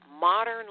Modern